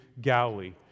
Galilee